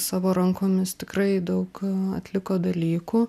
savo rankomis tikrai daug atliko dalykų